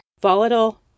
Volatile